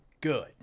good